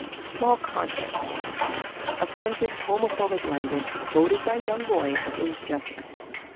a small content warning here offensive homophobic language, quoted by young boys, is just ahead.